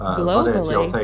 globally